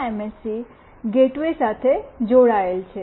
આ MSC gateway સાથે જોડાયેલા છો